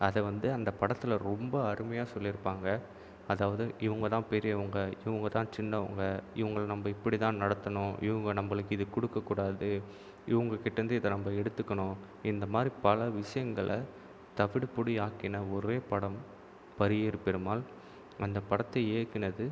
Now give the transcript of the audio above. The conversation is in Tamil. அதை வந்து அந்த படத்தில் ரொம்ப அருமையாக சொல்லி இருப்பாங்க அதாவது இவங்கதான் பெரியவங்க இவங்கதான் சின்னவங்க இவங்களை நம்ம இப்படிதான் நடத்தணும் இவங்க நம்மளுக்கு இதை கொடுக்க கூடாது இவங்ககிட்டேருந்து இதை நம்ம எடுத்துக்கணும் இந்தமாதிரி பல விஷயங்கள தவுடுபொடி ஆக்கின ஒரே படம் பரியேறும் பெருமாள் அந்த படத்தை இயக்கினது